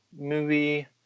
movie